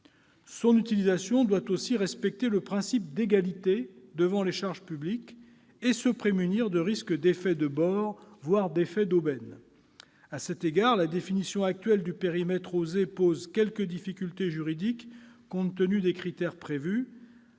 Son utilisation doit aussi respecter le principe d'égalité devant les charges publiques et se prémunir de risques d'effets de bord, voire d'effets d'aubaine. À cet égard, la définition actuelle du périmètre « OSER » pose quelques difficultés juridiques compte tenu des critères prévus.